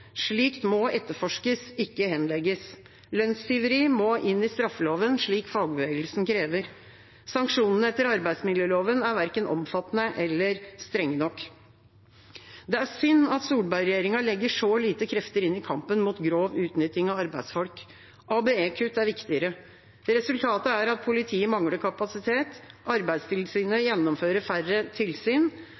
Slikt må etterforskes, ikke henlegges. Lønnstyveri må inn i straffeloven, slik fagbevegelsen krever. Sanksjonene etter arbeidsmiljøloven er verken omfattende nok eller strenge nok. Det er synd at Solberg-regjeringa legger så lite krefter inn i kampen mot grov utnytting av arbeidsfolk. ABE-kutt er viktigere. Resultatet er at politiet mangler kapasitet, Arbeidstilsynet gjennomfører færre tilsyn.